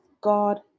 God